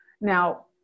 Now